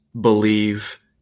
believe